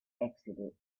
exited